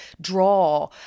draw